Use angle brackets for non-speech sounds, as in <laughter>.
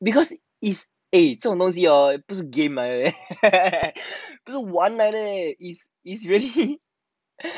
because it eh 这种东西哦不是 game 来的 eh <laughs> my hair 不是玩来的 eh is is really